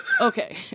Okay